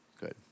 good